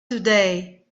today